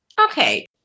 Okay